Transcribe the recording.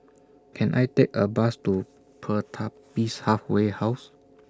Can I Take A Bus to Pertapis Halfway House